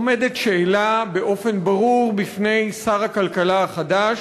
עומדת שאלה באופן ברור בפני שר הכלכלה החדש,